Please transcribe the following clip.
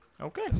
Okay